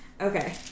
Okay